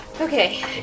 Okay